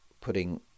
putting